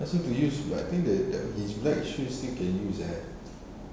ask him to use but I think that that his black shoes still can use eh